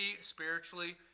spiritually